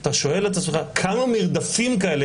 אתה שואל את עצמך כמה מרדפים כאלה,